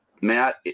Matt